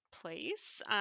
Place